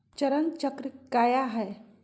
चरण चक्र काया है?